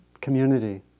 community